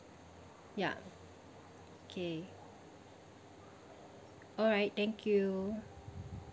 ya okay alright thank you